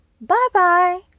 Bye-bye